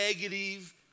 negative